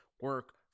Work